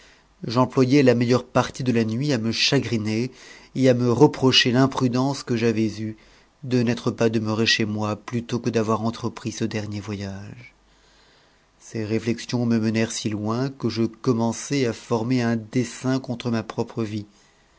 j'employai la meilleure partie de la nuit à me chagriner et à me reprocher l'imprudence que j'avais eue de n'être pas demeuré chez moi plutôt que d'avoir entrepris ce dernier voyage ces réflexions me menèrent si loin que je commençai à former un dessein contre ma propre vie